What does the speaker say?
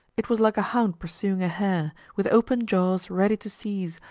it was like a hound pursuing a hare, with open jaws ready to seize,